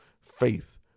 faith